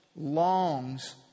longs